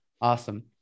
awesome